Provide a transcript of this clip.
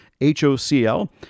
h-o-c-l